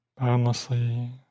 boundlessly